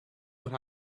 what